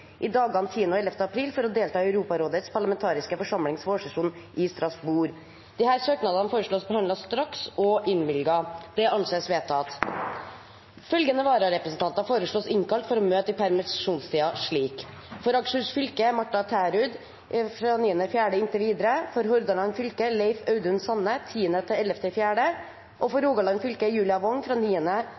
i dagene 10. og 11. april for å delta i Europarådets parlamentariske forsamlings vårsesjon i Strasbourg. Etter forslag fra presidenten ble enstemmig besluttet: Søknadene behandles straks og innvilges. Følgende vararepresentanter innkalles for å møte i permisjonstiden slik: For Akershus fylke: Martha Tærud 9. april og inntil videre For Hordaland fylke: Leif Audun Sande 10.–11. april For Rogaland fylke: Julia Wong